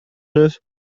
neuf